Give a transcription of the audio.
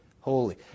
holy